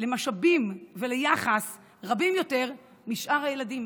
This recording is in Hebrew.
למשאבים וליחס רבים יותר משאר הילדים.